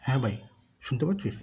হ্যাঁ ভাই শুনতে পাচ্ছিস